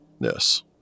yes